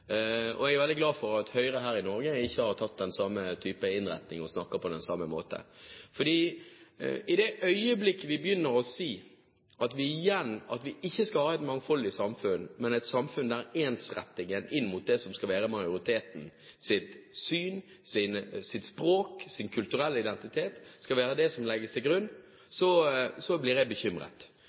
på. Jeg er veldig bekymret over den utviklingen, og jeg er veldig glad for at Høyre her i Norge ikke har hatt den samme innretningen og snakker på samme måte. For i det øyeblikk vi begynner å si at vi ikke skal ha et mangfoldig samfunn, men et samfunn der ensretting inn mot majoritetens syn, språk og kulturelle identitet skal legges til grunn, blir jeg bekymret.